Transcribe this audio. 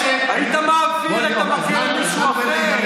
היית מעביר את המקל למישהו אחר.